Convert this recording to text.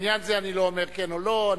בעניין זה אני לא אומר כן או לא,